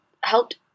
helped